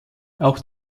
auch